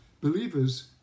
believers